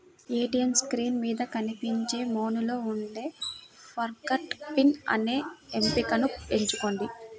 ATM screen మీద కనిపించే మెనూలో ఉండే ఫర్గాట్ పిన్ అనే ఎంపికను ఎంచుకోండి